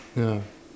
ya